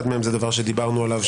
אחד מהם זה הדבר שדיברנו עליו,